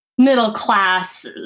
middle-class